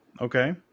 Okay